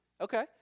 Okay